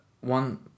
one